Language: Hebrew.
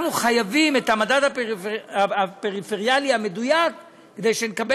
אנחנו חייבים את המדד הפריפריאלי המדויק כדי שנקבל